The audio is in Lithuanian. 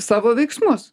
savo veiksmus